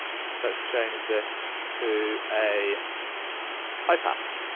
let's change this to a high pass.